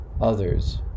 others